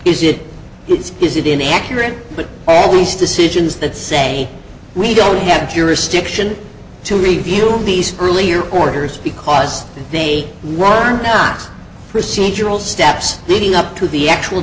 it it's is it inaccurate but all these decisions that say we don't have jurisdiction to review these early recorders because they were not procedural steps leading up to the actual